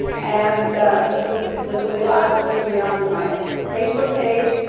and this'll this'll be live. this'll be on my facebook page,